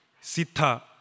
Sita